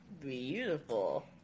beautiful